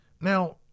Now